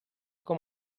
com